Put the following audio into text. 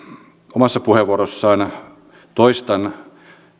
omassa puheenvuorossaan toistan